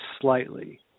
slightly